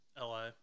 LA